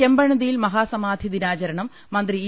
ചെമ്പഴന്തിയിൽ മഹാസമാധി ദിനാചരണം മന്ത്രി ഇ